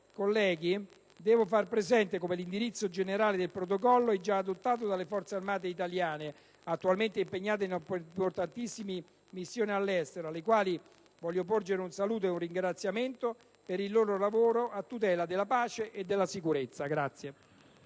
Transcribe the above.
colleghi, devo far presente come l'indirizzo generale del Protocollo è già adottato dalle Forze armate italiane, attualmente impegnate in importantissime missioni all'estero, alle quali vorrei porgere un saluto e un ringraziamento per il lavoro a tutela della pace e della sicurezza.